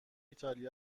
ایتالیا